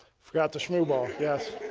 forgot the shmoo ball, yes.